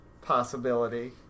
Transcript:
possibility